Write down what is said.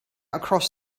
across